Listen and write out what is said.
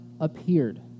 appeared